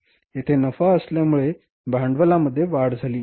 येथे नफा असल्यामुळे भांडवलामध्ये वाढ झाली